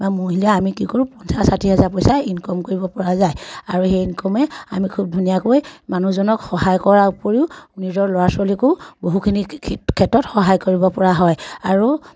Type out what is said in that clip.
বা মহিলা আমি কি কৰোঁ পঞ্চাছ ষাঠি হাজাৰ পইচা ইনকম কৰিব পৰা যায় আৰু সেই ইনকমে আমি খুব ধুনীয়াকৈ মানুহজনক সহায় কৰাৰ উপৰিও নিজৰ ল'ৰা ছোৱালীকো বহুখিনি ক্ষেত্ৰত সহায় কৰিব পৰা হয় আৰু